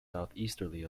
southeasterly